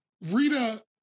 Rita